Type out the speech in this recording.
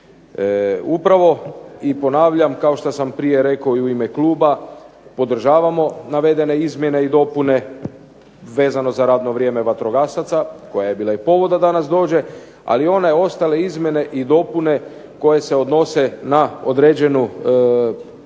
Upravo i ponavljam kao što sam prije rekao i u ime kluba podržavamo navedene izmjene i dopune vezano za radno vrijeme vatrogasaca koja je bila i povod da danas dođe. Ali one ostale izmjene i dopune koje se odnose na određenu, probleme u